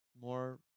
more